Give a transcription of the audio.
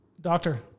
Doctor